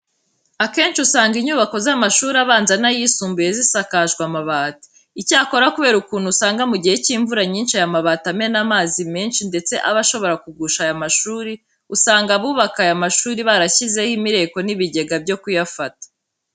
Akenshi usanga inyubako z'amashuri abanza n'ayisumbuye zisakajwe amabati. Icyakora kubera ukuntu usanga mu gihe cy'imvura nyinshi aya mabati amena amazi menshi ndetse aba ashobora kugusha aya mashuri, usanga abubaka aya mashuri barayashyizeho imireko n'ibigega byo kuyafata.